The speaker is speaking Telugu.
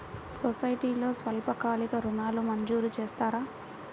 సొసైటీలో స్వల్పకాలిక ఋణాలు మంజూరు చేస్తారా?